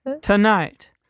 Tonight